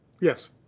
yes